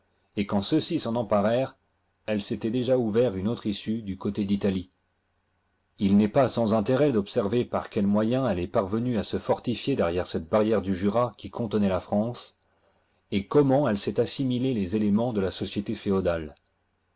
et quand ceux-ci s'en emparèrent elle s'était déjà ouvert une digitized by google autre issue du coté d'italie il n'est pas saus intérêt d'observer par quels moyens elle est parvenue à se fortifier derrière cette barrière du jura qui contenait la france et comment elle s'est assimilé les éléments de la société féodale